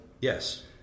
Yes